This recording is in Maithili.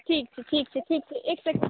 ठीक छै ठीक छै ठीक छै एक सेक्